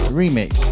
remix